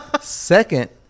Second